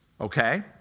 Okay